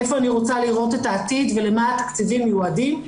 איפה אני רוצה לראות את העתיד ולמה התקציבים מיועדים.